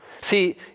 See